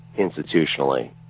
institutionally